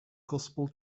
gospel